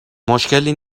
مشکلی